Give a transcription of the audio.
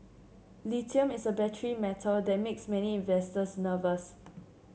lithium is a battery metal that makes many investors nervous